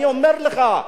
אני אומר לך,